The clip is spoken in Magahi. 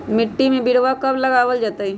मिट्टी में बिरवा कब लगवल जयतई?